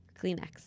Kleenex